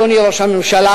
אדוני ראש הממשלה,